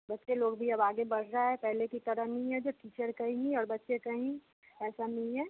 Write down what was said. बच्चे लोग भी अब आगे बढ़ रहा है पहले की तरह नहीं हैं जो टीचर कहीं हैं और बच्चे कहीं ऐसा नहीं है